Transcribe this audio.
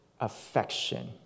affection